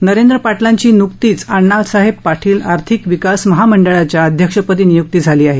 नरेंद्र पाटलांची नुकतीच आण्णासाहेब पाटील आर्थिक विकास महामंडळाच्या अध्यक्षपदी नियुक्ती झाली आहे